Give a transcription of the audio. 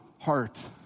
heart